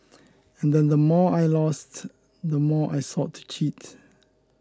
and then the more I lost the more I sought to cheat